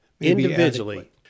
Individually